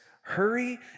hurry